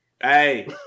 Hey